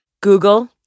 Google